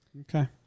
Okay